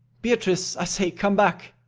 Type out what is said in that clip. beatrice, i say, come back.